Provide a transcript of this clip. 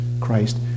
Christ